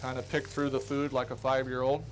kind of pick through the food like a five year old